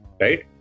right